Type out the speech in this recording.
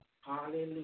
Hallelujah